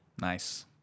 Nice